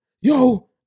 Yo